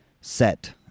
set